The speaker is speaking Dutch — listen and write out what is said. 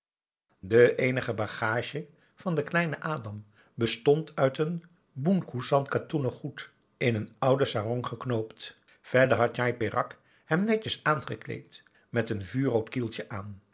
de eenige bagage van den kleinen adam bestond uit een boenkoesan katoenen goed in een oude sarong geknoopt verder had njai peraq hem netjes aangekleed met een vuurrood kieltje aan